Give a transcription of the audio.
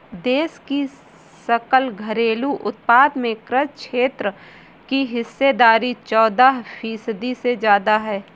देश की सकल घरेलू उत्पाद में कृषि क्षेत्र की हिस्सेदारी चौदह फीसदी से ज्यादा है